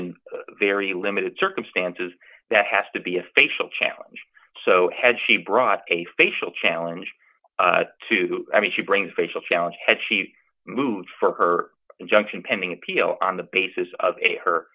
in very limited circumstances that has to be a facial challenge so has she brought a facial challenge to i mean she brings facial challenge had she moved for her injunction pending appeal on the basis of a her